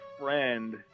friend